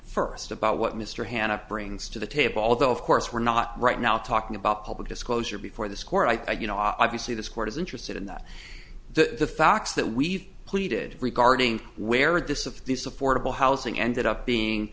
first about what mr hannah brings to the table although of course we're not right now talking about public disclosure before this court i you know obviously this court is interested in that the fact that we've pleaded regarding where this of these supportable housing ended up being